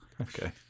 Okay